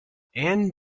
anne